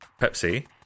Pepsi